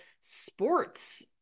sports